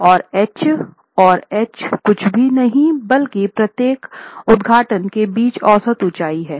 और H और कुछ नहीं बल्कि प्रत्येक उद्घाटन के बीच औसत ऊंचाई है